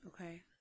okay